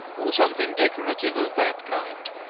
or something decorative of that kind.